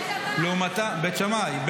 בית שמאי.